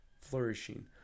flourishing